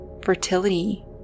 fertility